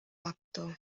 waktu